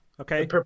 okay